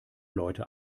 leute